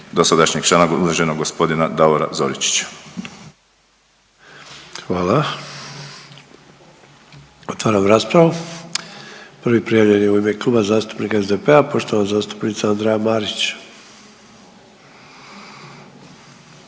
dosadašnjeg člana uvaženog gospodina Davora Zoričića. **Sanader, Ante (HDZ)** Hvala. Otvaram raspravu. Prvi prijavljeni u ime Kluba zastupnika SDP-a, poštovana zastupnica Andreja Marić.